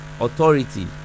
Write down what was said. authority